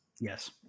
Yes